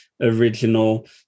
original